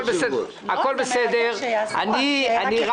אני רק